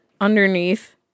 underneath